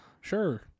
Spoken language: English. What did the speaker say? Sure